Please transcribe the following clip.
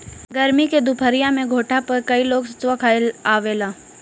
गरमी के दुपहरिया में घोठा पे कई लोग सतुआ खाए आवेला